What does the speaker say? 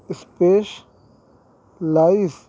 specialise